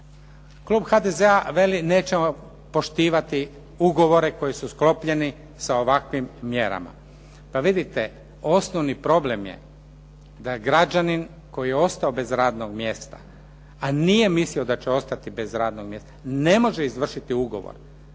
Klub HDZ-a veli nećemo poštivati ugovore koji su sklopljeni sa ovakvim mjerama. Pa vidite, osnovni problem je da građanin koji je ostao bez radnog mjesta, a nije mislio da će ostati bez radnog mjesta ne može izvršiti ugovor.